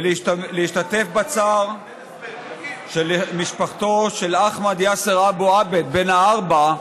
ולהשתתף בצער של משפחתו של אחמד יאסר אבו עאבד בן הארבע,